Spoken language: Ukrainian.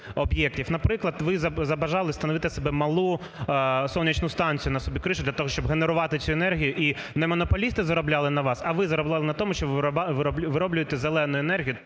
Наприклад, ви забажали встановити в себе малу сонячну станцію на своїй криші, для того щоб генерувати цю енергію, і не монополісти заробляли на вас, а ви заробляли на тому, що ви вироблюєте зелену енергію.